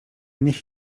niech